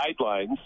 guidelines